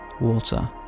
water